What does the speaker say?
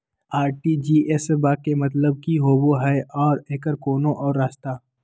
RTGS बा के मतलब कि होबे हय आ एकर कोनो और रस्ता?